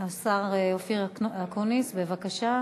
השר אופיר אקוניס, בבקשה.